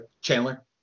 Chandler